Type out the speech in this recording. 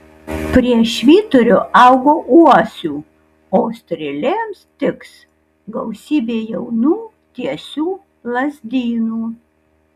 prie švyturio augo uosių o strėlėms tiks gausybė jaunų tiesių lazdynų